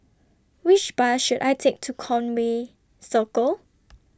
Which Bus should I Take to Conway Circle